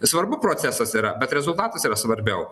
svarbu procesas yra bet rezultatas yra svarbiau